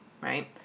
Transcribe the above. right